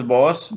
Boss